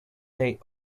they